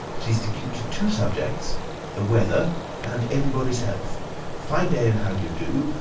she's to keep to two subjects the weather and everybody's health fine day and how do you do,